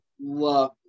love